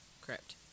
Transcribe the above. crypt